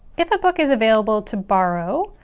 if a book is available to borrow,